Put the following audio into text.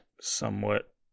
somewhat